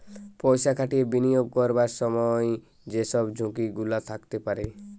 পয়সা খাটিয়ে বিনিয়োগ করবার সময় যে সব ঝুঁকি গুলা থাকতে পারে